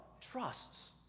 trusts